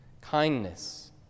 kindness